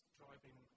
driving